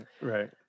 Right